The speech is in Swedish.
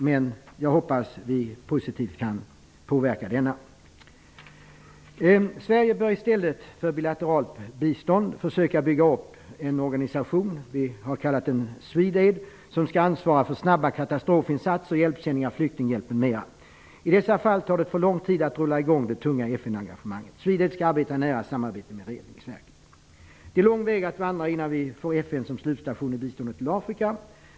Men jag hoppas att vi kan påverka denna positivt. Sverige bör i stället för bilateralt bistånd försöka bygga upp en organisation, vi har kallat den Swedaid, som skall ansvara för snabba katastrofinsatser, hjälpsändningar, flyktinghjälp, m.m. I dessa fall tar det för lång tid att rulla i gång det tunga FN-engagemanget. Swedaid skall ha ett nära samarbete med Räddningsverket. Det är lång väg att vandra innan vi får FN som slutstation i biståndet till Afrika.